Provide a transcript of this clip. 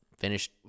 Finished